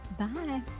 Bye